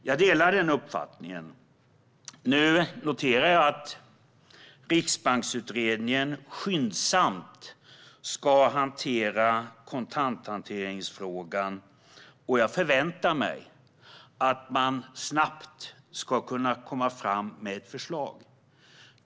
Jag noterar att Riksbanksutredningen skyndsamt ska hantera kontanthanteringsfrågan, och jag förväntar mig att den snabbt kommer fram med ett förslag.